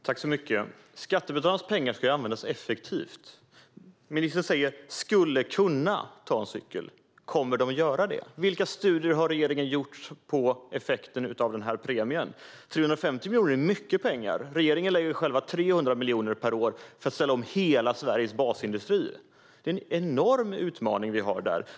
Fru talman! Skattebetalarnas pengar ska användas effektivt. Ministern säger att människor skulle kunna ta cykeln till jobbet. Kommer de att göra det? Vilka studier har regeringen gjort om effekten av denna premie? 350 miljoner är mycket pengar. Regeringen lägger 300 miljoner per år för att ställa om hela Sveriges basindustrier. Det är en enorm utmaning som vi har där.